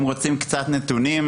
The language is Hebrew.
נתונים: